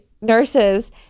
nurses